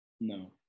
no